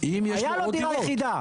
הייתה לו דירה יחידה.